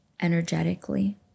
energetically